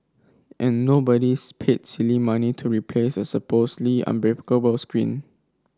and nobody paid silly money to replace a supposedly unbreakable screen